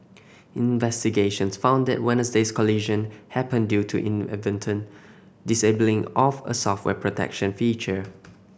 investigations found that Wednesday's collision happened due to inadvertent disabling of a software protection feature